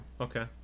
Okay